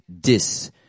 Dis